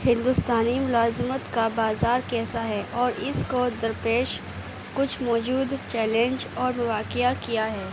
ہندوستانی ملازمت کا بازار کیسا ہے اور اس کو درپیش کچھ موجود چیلنج اور مواقع کیا ہے